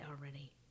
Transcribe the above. already